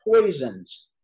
Poisons